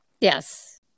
Yes